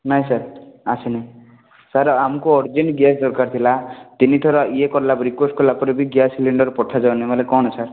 ନାଇଁ ସାର୍ ଆସିନାହିଁ ସାର୍ ଆମକୁ ଅର୍ଜେଣ୍ଟ୍ ଗ୍ୟାସ୍ ଦରକାର ଥିଲା ତିନିଥର ୟେ କଲାପରେ ରିକୁଏଷ୍ଟ୍ କଲା ପରେ ବି ଗ୍ୟାସ୍ ସିଲିଣ୍ଡର୍ ପଠାଯାଉନି ମାନେ କ'ଣ ସାର୍